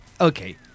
Okay